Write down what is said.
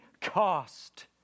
cost